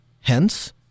Hence